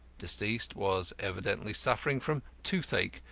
deceased was evidently suffering from toothache,